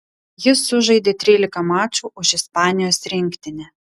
jis sužaidė trylika mačų už ispanijos rinktinę